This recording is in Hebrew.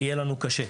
יהיה לנו קשה.